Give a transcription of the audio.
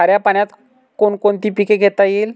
खाऱ्या पाण्यात कोण कोणती पिके घेता येतील?